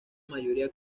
mayoría